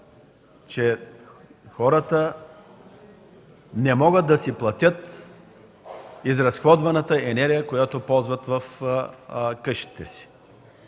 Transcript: че хората не могат да си платят изразходваната енергия, която ползват в къщите си.